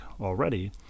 already